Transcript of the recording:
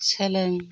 सोलों